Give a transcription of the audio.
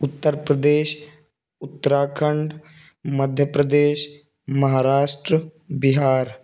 Uttar Pradesh Uttarakhand Madhya Pradesh Maharashtra Bihar